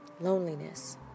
loneliness